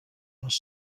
les